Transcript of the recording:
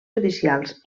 judicials